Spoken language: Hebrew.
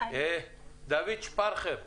דוד שפרכר,